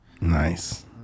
Nice